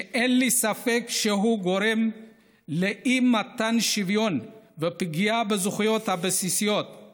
שאין לי ספק שהוא גורם לאי-מתן שוויון ולפגיעה בזכויות הבסיסיות של